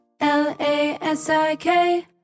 L-A-S-I-K